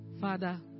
Father